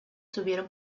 tuvieron